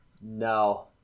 no